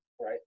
right